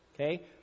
okay